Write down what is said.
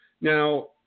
Now